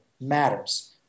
matters